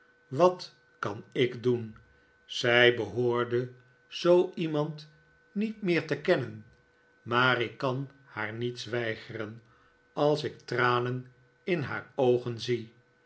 wat kan ik doen zij behoorde zoo iemand niet meer te kennen maar ik kan haar niets weigeren als ik tranen in haar oogen zie